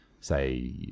say